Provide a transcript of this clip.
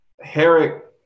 Herrick